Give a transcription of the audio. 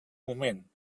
moment